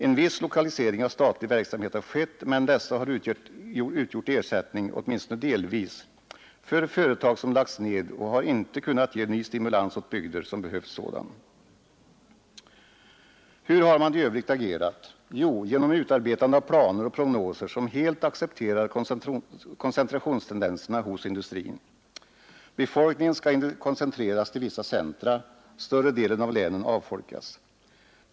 En viss lokalisering av statlig verksamhet har skett, men den har åtminstone delvis utgjort ersättning för sådana företag som lagts ned, och den har inte kunnat ge en ny stimulans åt bygder som behövt sådan. Hur har man i övrigt agerat? Jo, man har utarbetat planer och prognoser, som helt accepterar koncentrationstendenserna hos industrin. Befolkningen skall koncentreras till vissa centra, och större delen av länen avfolkas.